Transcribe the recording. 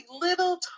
little